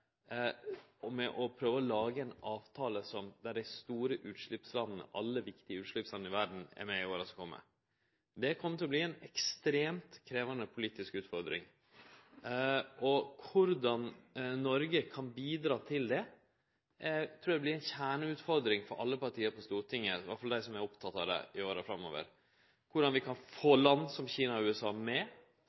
med å prøve å lage ein avtale der alle dei store og viktige utsleppslanda i verda er med i åra som kjem. Det kjem til å verte ei ekstremt krevjande politisk utfordring. Korleis Noreg kan bidra til det, trur eg vert ei kjerneutfordring for alle parti her på Stortinget, iallfall dei som er opptekne av det, i åra framover. Korleis kan vi få land som Kina og USA med?